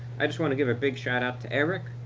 i just want to give a big shout out to eric,